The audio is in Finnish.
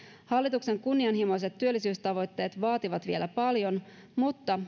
hallituksen kunnianhimoiset työllisyystavoitteet vaativat vielä paljon mutta